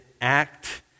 act